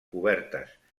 cobertes